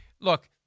look